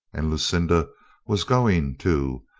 and lucinda was going, too,